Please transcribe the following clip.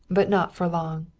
but not for long.